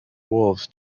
wolves